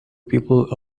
people